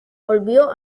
volvió